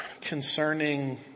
concerning